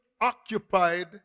occupied